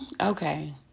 Okay